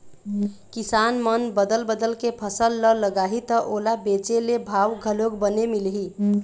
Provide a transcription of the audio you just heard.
किसान मन बदल बदल के फसल ल लगाही त ओला बेचे ले भाव घलोक बने मिलही